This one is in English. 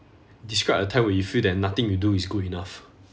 describe a time when you feel that nothing you do is good enough